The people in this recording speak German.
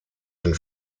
den